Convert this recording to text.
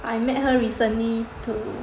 I met her recently to